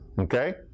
Okay